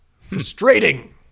Frustrating